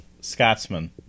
Scotsman